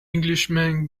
englishman